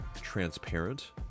transparent